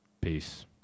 Peace